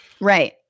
Right